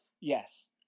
Yes